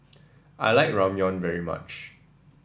I like Ramyeon very much